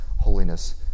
holiness